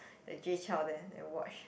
the Jay-Chou there and watch